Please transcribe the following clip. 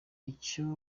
icyo